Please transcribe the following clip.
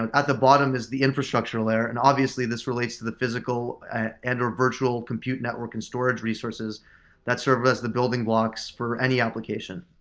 ah at the bottom is the infrastructural layer and obviously this relates to the physical and or virtual compute network and storage resources that serve as the building blocks for any application.